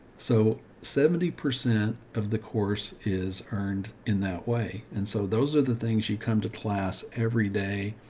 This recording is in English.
so seventy percent of the course is earned in that way. and so those are the things you come to class every day,